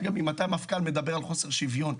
אגב, ממתי מפכ"ל מדבר על חוסן שוויון?